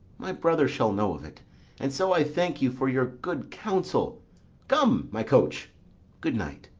my brother shall know of it and so i thank you for your good counsel come, my coach good night,